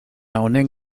honen